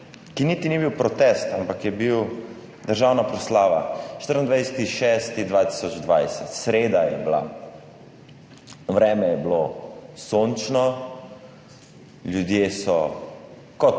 ki niti ni bil protest, ampak je bila državna proslava 24. 6. 2020, sreda je bila. Vreme je bilo sončno, ljudje so kot